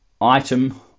item